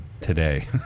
today